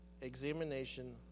examination